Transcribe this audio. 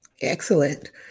Excellent